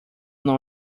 não